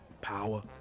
power